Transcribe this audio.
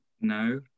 No